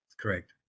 Correct